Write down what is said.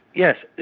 yes,